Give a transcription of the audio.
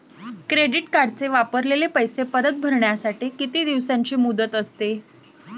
Credit कार्डचे वापरलेले पैसे परत भरण्यासाठी किती दिवसांची मुदत असते?